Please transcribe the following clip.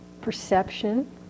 perception